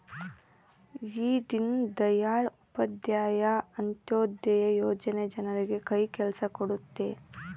ಈ ದೀನ್ ದಯಾಳ್ ಉಪಾಧ್ಯಾಯ ಅಂತ್ಯೋದಯ ಯೋಜನೆ ಜನರಿಗೆ ಕೈ ಕೆಲ್ಸ ಕೊಡುತ್ತೆ